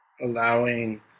allowing